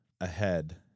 ahead